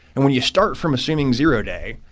and when you start from assuming zero day,